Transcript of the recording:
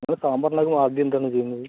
നിങ്ങൾ സാമ്പാറിനകത്ത് ആദ്യം എന്താണ് ചെയ്യുന്നത്